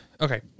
Okay